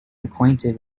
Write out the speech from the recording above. acquainted